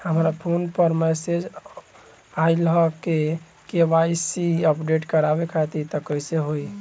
हमरा फोन पर मैसेज आइलह के.वाइ.सी अपडेट करवावे खातिर त कइसे होई?